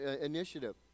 initiative